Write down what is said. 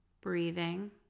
breathing